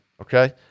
Okay